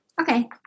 Okay